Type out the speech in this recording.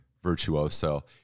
Virtuoso